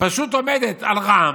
פשוט עומדת על רע"מ,